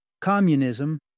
Communism